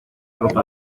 ropa